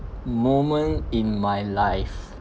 moment in my life